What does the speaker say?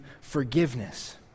forgiveness